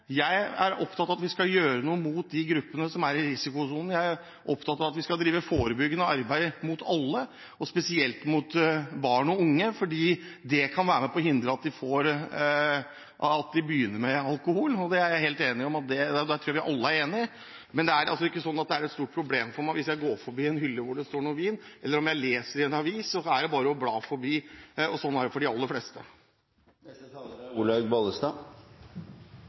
jeg er helt enig: Jeg er opptatt av at vi skal gjøre noe overfor de gruppene som er i risikosonen. Jeg er opptatt av at vi skal drive forebyggende arbeid overfor alle, spesielt overfor barn og unge, for det kan være med på å hindre at de begynner med alkohol. Der tror jeg vi alle er enige. Men det er ikke et stort problem for meg om jeg går forbi en hylle hvor det står vin, og hvis jeg leser i en avis, er det bare å bla forbi. Og sånn er det for de aller fleste. Representanten Olaug V. Bollestad